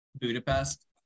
Budapest